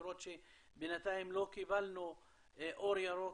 למרות שבינתיים לא קיבלנו אור ירוק